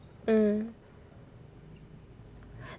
mm